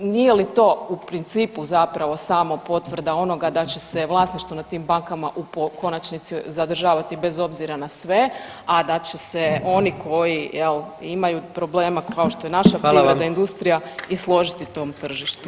Nije li to u principu zapravo samo potvrda onoga da će se vlasništvo nad tim bankama u konačnici zadržavati bez obzira na sve, a da će se oni koji jel imaju problema kao što je naša privredna industrija [[Upadica: Hvala vam.]] izložiti tom tržištu?